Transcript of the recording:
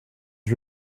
too